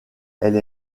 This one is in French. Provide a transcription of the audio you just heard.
elle